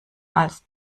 als